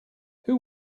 who